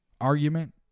argument